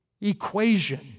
equation